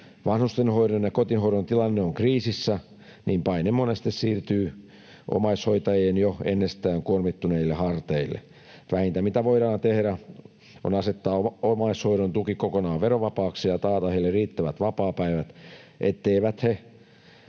vanhustenhoidon ja kotihoidon tilanne on kriisissä, paine monesti siirtyy omaishoitajien jo ennestään kuormittuneille harteille. Vähintä, mitä voidaan tehdä, on asettaa omaishoidon tuki kokonaan verovapaaksi ja taata heille riittävät vapaapäivät, etteivät he